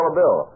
bill